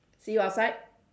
see you outside